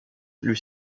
lui